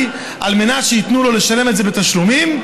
על מנת שייתנו לו לשלם את זה בתשלומים,